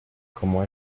como